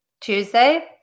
Tuesday